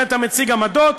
אתה מציג עמדות,